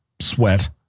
sweat